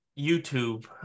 YouTube